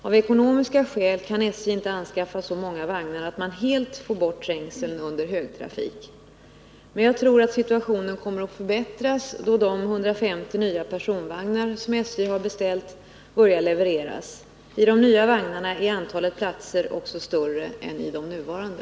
Av ekonomiska skäl kan SJ inte anskaffa så många vagnar att man helt får bort trängseln under högtrafik, men jag tror att situationen kommer att förbättras då de 150 nya personvagnar som SJ har beställt börjar levereras. I de nya vagnarna är dessutom antalet platser större än i de nuvarande.